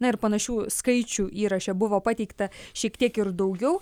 na ir panašių skaičių įraše buvo pateikta šiek tiek ir daugiau